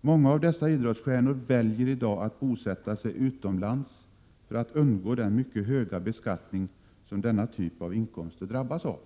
Många av dessa idrottsstjärnor väljer i dag att bosätta sig utomlands för att undgå den mycket höga beskattning som denna typ av inkomster drabbas av.